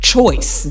choice